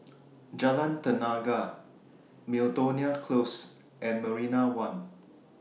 Jalan Tenaga Miltonia Close and Marina one